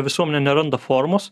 visuomenė neranda formos